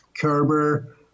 Kerber